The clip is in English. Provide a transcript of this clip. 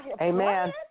Amen